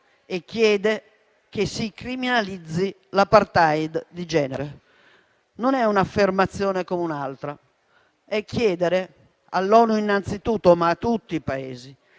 chiede che si criminalizzi l'*apartheid* di genere. Non è un'affermazione come un'altra, ma significa chiedere all'ONU innanzitutto, ma a tutti i Paesi,